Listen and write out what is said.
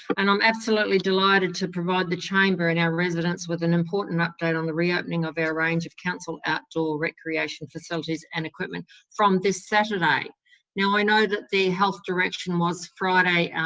and um absolutely delighted to provide the chamber and our residents with an important update on the reopening of our range of council outdoor recreational facilities and equipment from this saturday. i know that the health direction was friday,